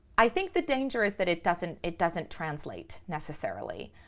i think the danger is that it doesn't it doesn't translate necessarily.